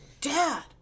Dad